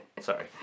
Sorry